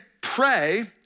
pray